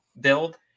build